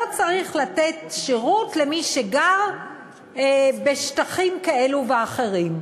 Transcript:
צריך לתת שירות למי שגר בשטחים כאלו ואחרים.